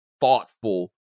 thoughtful